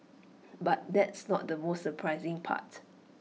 but that's not the most surprising part